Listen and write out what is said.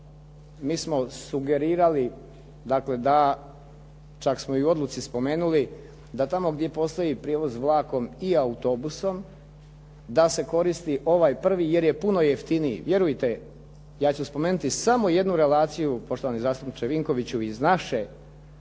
mi smo sugerirali dakle da, čak smo i u odluci spomenuli, da tamo gdje postoji prijevoz vlakom i autobusom da se koristi ovaj prvi jer je puno jeftiniji vjerujte. Ja ću spomenuti samo jednu relaciju, poštovani zastupniče Vinkoviću, iz naše